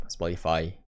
Spotify